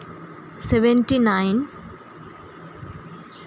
seventy nine